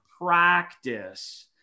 practice